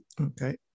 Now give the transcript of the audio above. Okay